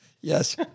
yes